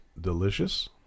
delicious